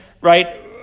right